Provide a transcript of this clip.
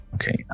Okay